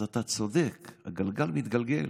אז אתה צודק, הגלגל מתגלגל,